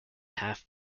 half